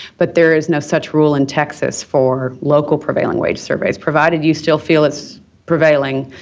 but there is no such rule in texas for local prevailing wage surveys, provided you still feel it's prevailing.